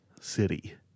City